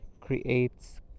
creates